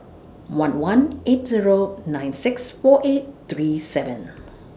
one one eight Zero nine six four eight three seven